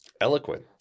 Eloquent